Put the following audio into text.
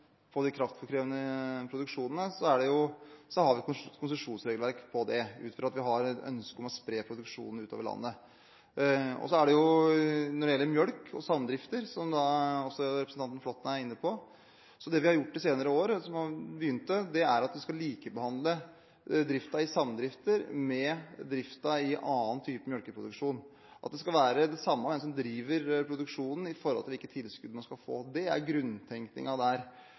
det gjelder kraftkrevende produksjon, har vi et konsesjonsregelverk for det, ut fra at vi har et ønske om å spre produksjonen ut over landet. Når det gjelder melk og samdrifter, som også representanten Flåtten er inne på: Det vi har begynt å gjøre i de senere år, er at vi skal likebehandle driften i samdrifter med driften i andre typer melkeproduksjon – at det skal være det samme hvem som driver produksjonen med hensyn til hvilke tilskudd man skal få. Det er grunntenkningen der.